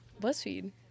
Buzzfeed